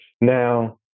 Now